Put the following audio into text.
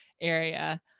area